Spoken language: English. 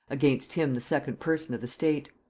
against him the second person of the state.